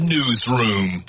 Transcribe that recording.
Newsroom